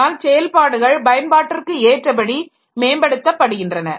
ஆனால் செயல்பாடுகள் பயன்பாட்டிற்க்கு ஏற்றபடி மேம்படுத்த படுகின்றன